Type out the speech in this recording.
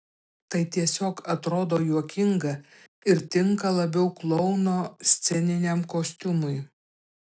tai tiesiog atrodo juokinga ir tinka labiau klouno sceniniam kostiumui